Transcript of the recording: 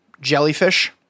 jellyfish